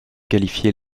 qualifier